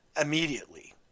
immediately